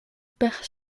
pech